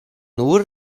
nur